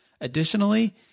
Additionally